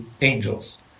angels